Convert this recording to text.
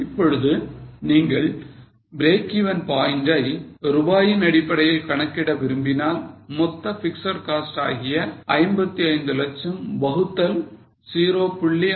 இப்பொழுது நீங்கள் breakeven point ஐ ரூபாயின் அடிப்படையில் கணக்கிட விரும்பினால் மொத்த பிக்ஸட் காஸ்ட் ஆகிய 55 லட்சம் வகுத்தல் 0